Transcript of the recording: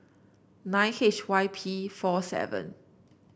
nine H Y P four seven